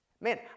Man